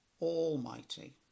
Almighty